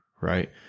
right